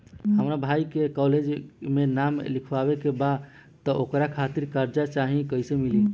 हमरा भाई के कॉलेज मे नाम लिखावे के बा त ओकरा खातिर कर्जा चाही कैसे मिली?